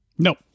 Nope